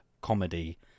comedy